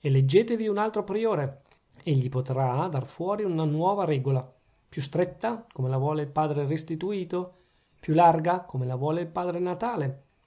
eleggetevi un altro priore egli potrà dar fuori una nuova regola più stretta come la vuole il padre restituto più larga come la vuole il padre natale